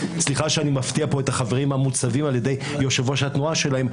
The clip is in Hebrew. סליחה שאני מפתיע פה את החברים המוצבים על ידי יושב-ראש התנועה שלהם.